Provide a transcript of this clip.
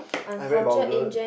I very vulgar